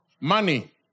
Money